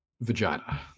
vagina